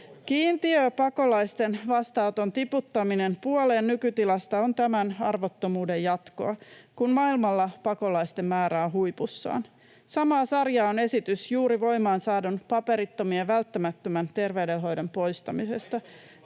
Kiintiöpakolaisten vastaanoton tiputtaminen puoleen nykytilasta on tämän arvottomuuden jatkoa, kun maailmalla pakolaisten määrä on huipussaan. Samaa sarjaa on esitys juuri voimaan saadun paperittomien välttämättömän terveydenhoidon poistamisesta.